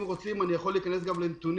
אם רוצים אני יכול להיכנס גם לנתונים